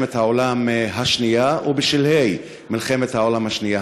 מלחמת העולם השנייה או בשלהי מלחמת העולם השנייה.